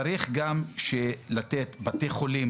צריך גם לתת לבתי חולים